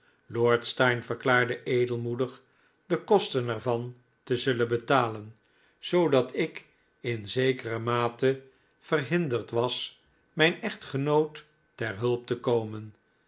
lord steyne verklaarde edelmoedig de kosten er van te zullen betalen zoodat ik in zekere mate verhinderd was mijn echtgenoot ter hulp te komen